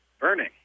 burning